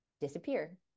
disappear